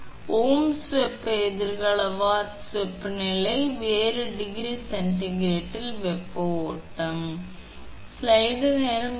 எனவே வெப்ப ஓம்ஸில் வெப்ப எதிர்ப்பால் வாட்ஸ் வெப்பநிலை வேறுபாடு டிகிரி சென்டிகிரேடில் வெப்ப ஓட்டம்